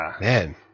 man